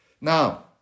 Now